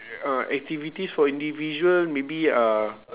uh activities for individual maybe uh